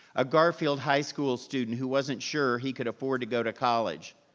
a gar-field high school student who wasn't sure he could afford to go to college,